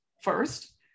first